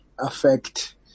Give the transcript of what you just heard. affect